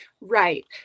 Right